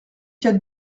quatre